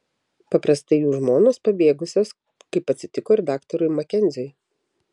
paprastai jų žmonos pabėgusios kaip atsitiko ir daktarui makenziui